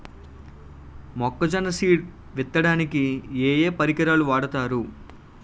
మొక్కజొన్న సీడ్ విత్తడానికి ఏ ఏ పరికరాలు వాడతారు?